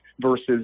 versus